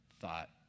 thought